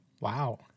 Wow